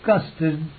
disgusted